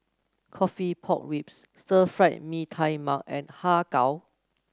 coffee Pork Ribs Stir Fried Mee Tai Mak and Har Kow